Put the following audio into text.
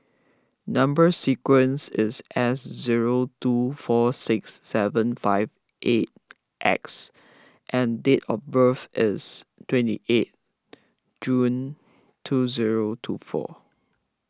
Number Sequence is S zero two four six seven five eight X and date of birth is twenty eighth June two zero two four